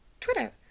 Twitter